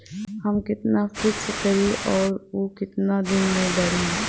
हम कितना फिक्स करी और ऊ कितना दिन में बड़ी?